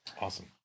Awesome